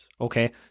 okay